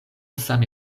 same